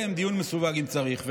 אפשר לקיים דיון מסווג, אם צריך.